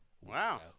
Wow